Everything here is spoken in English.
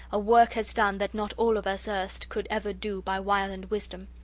a work has done that not all of us erst could ever do by wile and wisdom.